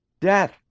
death